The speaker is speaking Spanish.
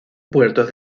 puertos